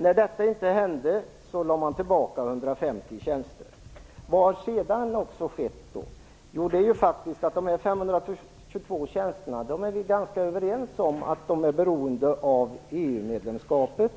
När detta inte hände lade man tillbaka 150 tjänster. Vad har då hänt sedan dess? Vi är överens om att de 522 tjänsterna är beroende av EU-medlemskapet.